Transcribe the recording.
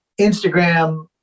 Instagram